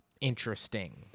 interesting